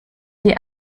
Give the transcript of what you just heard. die